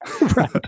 Right